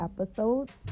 episodes